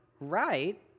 right